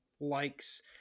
likes